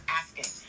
asking